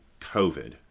COVID